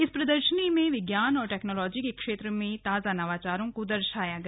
इस प्रदर्शनी में विज्ञान और टेक्नोलॉजी के क्षेत्र में ताजा नवाचारों को दर्शाया गया